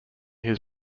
his